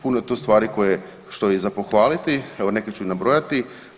Puno je tu stvari koje što je i za pohvaliti, evo neke ću i nabrojati.